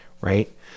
Right